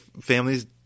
Families